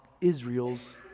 Israel's